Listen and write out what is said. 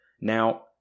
Now